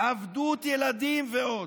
עבדות ילדים ועוד.